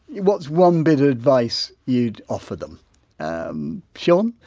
what's one bit of advice you'd offer them? um shaun?